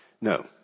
No